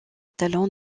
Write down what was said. talent